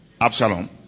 Absalom